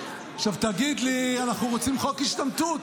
עכשיו תגיד לי: אנחנו רוצים חוק השתמטות,